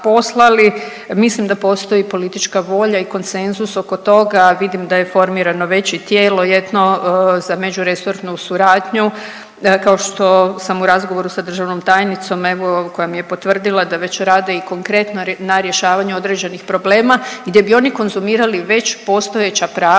mislim da postoji politička volja i konsenzus oko toga, vidim da je formirano već i tijelo jedno za međuresornu suradnju. Kao što sam u razgovoru sa državnom tajnicom evo koja mi je potvrdila da već rade i konkretno na rješavanju određenih problema gdje bi oni konzumirali već postojeća prava